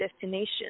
destination